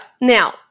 Now